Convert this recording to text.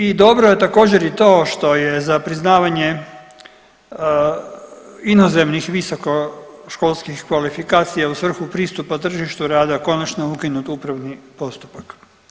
I dobro je također i to što je za priznavanje inozemnih visokoškolskih kvalifikacija u svrhu pristupa tržištu rada konačno ukinut upravni postupak.